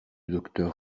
docteur